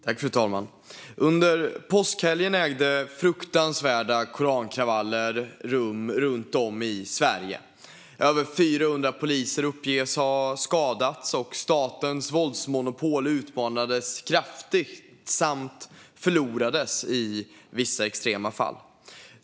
Fru talman! Under påskhelgen ägde fruktansvärda korankravaller rum runt om i Sverige. Över 400 poliser uppges ha skadats, och statens våldsmonopol utmanades kraftigt samt förlorades i vissa extrema fall.